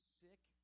sick